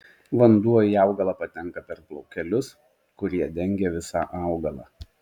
vanduo į augalą patenka per plaukelius kurie dengia visą augalą